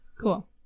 Cool